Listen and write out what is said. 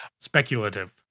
Speculative